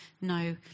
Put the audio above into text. no